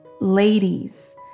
ladies